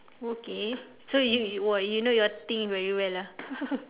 okay so you you !wah! you know your thing very well ah